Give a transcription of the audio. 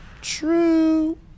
true